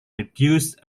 reduced